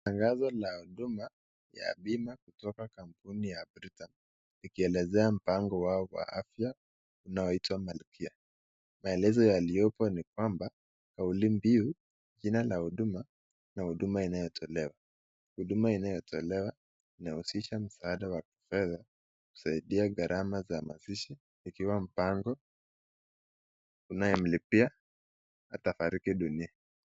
Tangazo la huduma ya bima kutoka kampuni ya Britam likielezea mpango wao wa afya inayo itwa malkia . Maelezo yaliopo ni kwamba , kauli mbiu, jina la huduma na huduma inayotolewa . Huduma inayotolewa inahusisha huduma ya kifedha kusaidia gharama ya mazishi ikiwa mpango unayemlipia atafariki dunia.